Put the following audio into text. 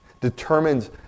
Determines